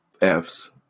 Fs